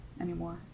anymore